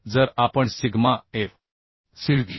तर जर आपण सिग्मा f